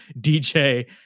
DJ